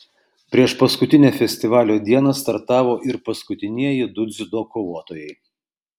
priešpaskutinę festivalio dieną startavo ir paskutinieji du dziudo kovotojai